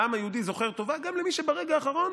העם היהודי זוכר טובה גם למי שברגע האחרון